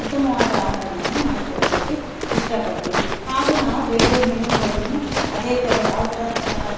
ಉತ್ತಮವಾದ ಆಹಾರಗಳನ್ನು ಮಾಡ್ಕೊಡೋದಕ್ಕೆ ಇಷ್ಟಪಡ್ತೀವಿ ಹಾಗೂ ನಾವು ಬೇರೆಯವರ ಮನೆಗೆ ಹೋದ್ರೂ ಅದೇ ಥರ ಯಾವ ಥರ